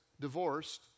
divorced